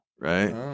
right